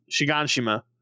Shiganshima